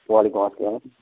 وعلیکُم اسلام